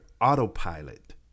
autopilot